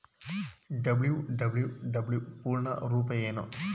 WWW ಪೂರ್ಣ ರೂಪ ಏನು?